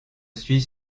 suis